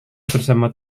bersama